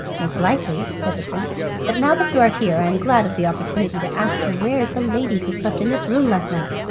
most likely, said the prince but now that you are here i am glad of the opportunity to ask you where is the lady who slept in this room last night?